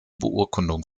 beurkundung